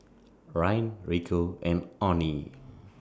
Ryne Rico and Onnie